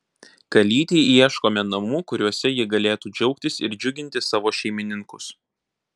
kalytei ieškome namų kuriuose ji galėtų džiaugtis ir džiuginti savo šeimininkus